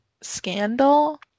scandal